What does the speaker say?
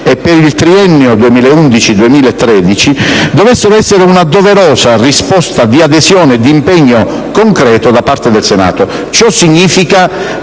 e per il triennio 2011-2013 dovessero essere una doverosa risposta di adesione e d'impegno concreto da parte del Senato.